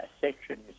section